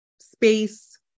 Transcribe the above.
Space